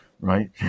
Right